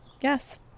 yes